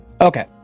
okay